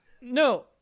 no